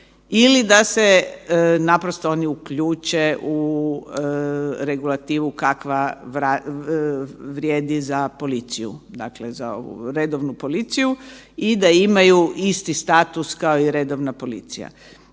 ili da se naprosto oni uključe u regulativu kakva vrijedi za policiju, dakle za ovu redovnu policiju i da imaju isti status kao i redovna policija.